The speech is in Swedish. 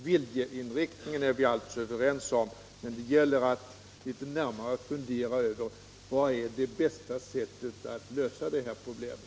Viljeinriktningen är vi alltså överens om, men det gäller att litet närmare fundera över vilket sätt som är det bästa när det gäller att lösa problemet.